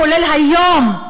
כולל היום,